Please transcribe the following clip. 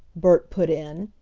bert put in.